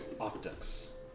Optics